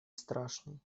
страшный